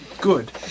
Good